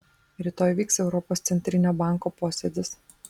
rytoj vyks europos centrinio banko posėdis